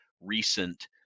recent